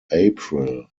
april